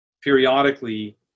periodically